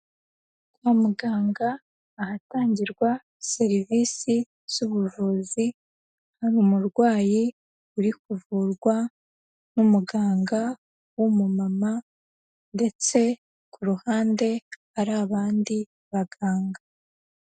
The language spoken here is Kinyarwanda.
Kwa muganga ahatangirwa serivisi z'ubuvuzi, hari umurwayi uri kuvurwa n'umuganga w'umumama ndetse ku ruhande hari abandi baganga.